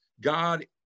God